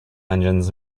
engines